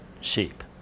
sheep